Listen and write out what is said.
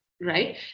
right